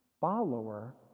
follower